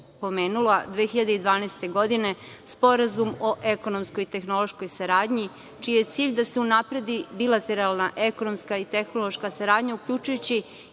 pomenula 2012. godine Sporazum o ekonomskoj i tehnološkoj saradnji, čiji je cilj da se unapredi bilateralna, ekonomska i tehnološka saradnja, uključujući